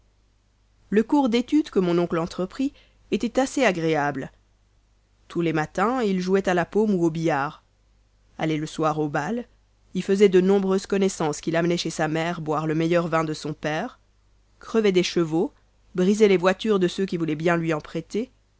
le cours d'études que mon oncle entreprit était assez agréable tous les matins il jouait à la paume ou au billard allait le soir au bal y faisait de nombreuses connaissances qu'il amenait chez sa mère boire le meilleur vin de son père crevait des chevaux brisait les voitures de ceux qui voulaient bien lui en prêter